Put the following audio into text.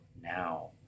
now